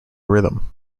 rhythm